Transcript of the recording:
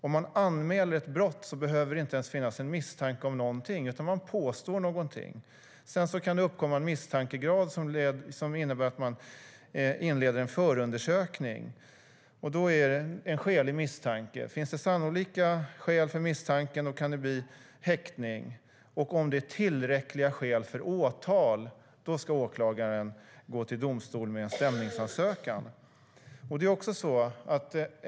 Om man anmäler ett brott behöver det inte ens finnas någon misstanke, utan det innebär att man påstår någonting. Sedan kan det uppkomma olika misstankegrader som gör att det inleds en förundersökning. Det kan gälla en skälig misstanke. Finns det sannolika skäl för misstanke kan det bli fråga om häktning. Om skälen är tillräckliga för åtal ska åklagaren gå till domstol med en stämningsansökan.